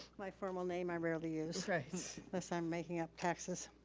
my formal name i rarely use unless i'm making up taxes.